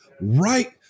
right